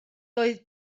doedd